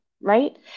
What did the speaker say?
Right